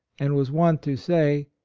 and was wont to say,